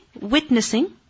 witnessing